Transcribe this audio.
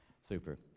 Super